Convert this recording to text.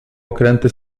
okręty